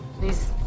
please